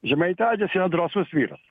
žemaitaitis yra drąsus vyras